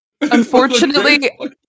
Unfortunately